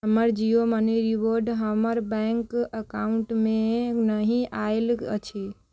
हमर Jio money reward हमर bank अकाउंटमे नहि आयल अछि